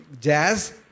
Jazz